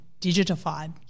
digitified